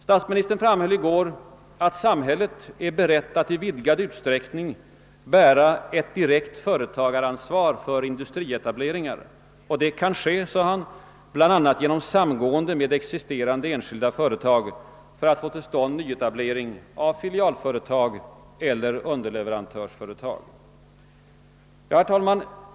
Statsministern framhöll i går att samhället är berett att i vidgad utsträckning bära ett direkt företagaransvar då det gäller industrietablering, och han talade bl.a. om samgående med existerande enskilda företag för att få till stånd nyetablering av filialföretag eller underleverantörsföretag. Herr talman!